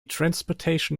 transportation